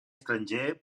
estranger